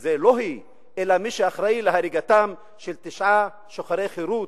זה לא היא אלא מי שאחראי להריגתם של תשעה שוחרי חירות,